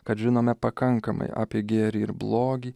kad žinome pakankamai apie gėrį ir blogį